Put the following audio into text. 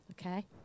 okay